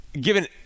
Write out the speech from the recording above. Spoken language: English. Given